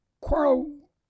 quarrel